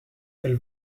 elle